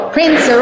Prince